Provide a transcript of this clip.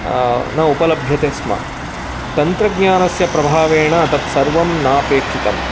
न उपलभ्यते स्म तन्त्रज्ञानस्य प्रभावेन तत् सर्वं नापेक्षितम्